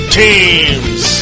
teams